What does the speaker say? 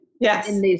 yes